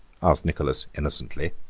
asked nicholas innocently.